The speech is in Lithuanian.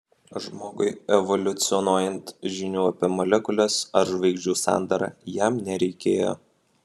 žmogui evoliucionuojant žinių apie molekules ar žvaigždžių sandarą jam nereikėjo